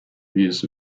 views